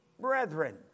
Brethren